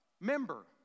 member